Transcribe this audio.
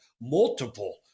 multiple